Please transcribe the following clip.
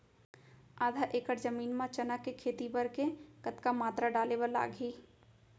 आधा एकड़ जमीन मा चना के खेती बर के कतका मात्रा डाले बर लागही?